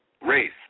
Race